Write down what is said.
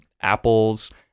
Apple's